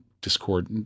discord